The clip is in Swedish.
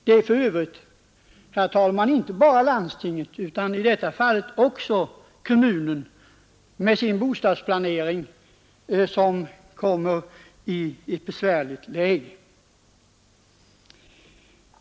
Det är för övrigt, herr talman, inte bara landstinget utan i detta fall också kommunen med sin bostadsplanering som kommer i ett besvärligt läge.